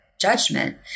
judgment